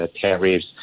tariffs